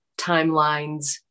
timelines